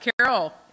Carol